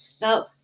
Now